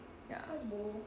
ya